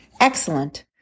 Excellent